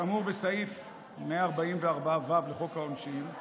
כאמור בסעיף 144ו לחוק העונשין,